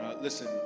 listen